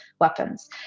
weapons